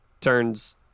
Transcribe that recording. turns